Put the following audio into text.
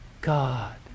God